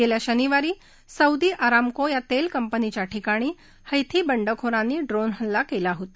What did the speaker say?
गेल्या शनिवारी Saudi Aramco या तेल कंपनीच्या ठिकाणी हौथी बंडखोरांनी ड्रोन हल्ला केला होता